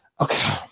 okay